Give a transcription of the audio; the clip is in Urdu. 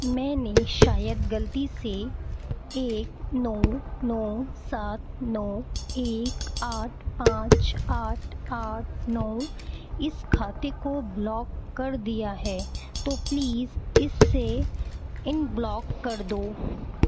میں نے شاید غلطی سے ایک نو نو سات نو ایک آٹھ پانچ آٹھ آٹھ نو اس کھاتے کو بلاک کر دیا ہے تو پلیز اس سے ان بلاک کر دو